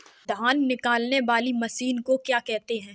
धान निकालने वाली मशीन को क्या कहते हैं?